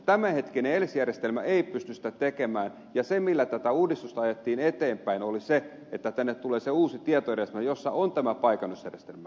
tämänhetkinen els järjestelmä ei pysty sitä tekemään ja se millä tätä uudistusta ajettiin eteenpäin oli se että tulee uusi tietojärjestelmä jossa on tämä paikannusjärjestelmä